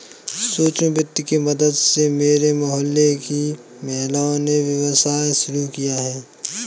सूक्ष्म वित्त की मदद से मेरे मोहल्ले की महिलाओं ने व्यवसाय शुरू किया है